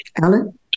Alan